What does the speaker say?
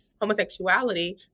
homosexuality